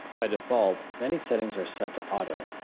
by default, many settings are set to auto.